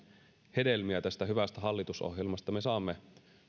hedelmiä tästä hyvästä hallitusohjelmasta me saamme